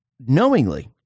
knowingly